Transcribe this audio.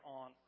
on